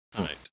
Right